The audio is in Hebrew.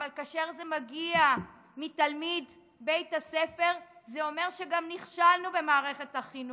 אבל כאשר זה מגיע מתלמיד בית הספר זה אומר שגם נכשלנו במערכת החינוך.